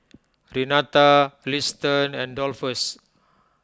Renata Liston and Dolphus